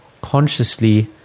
consciously